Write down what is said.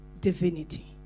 divinity